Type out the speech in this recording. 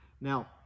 Now